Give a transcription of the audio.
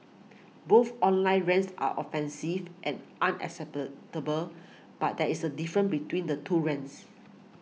both online rants are offensive and unacceptable but there is a different between the two rants